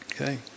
Okay